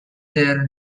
their